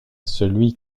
celui